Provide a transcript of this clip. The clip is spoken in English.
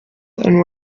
and